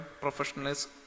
professionals